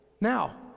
Now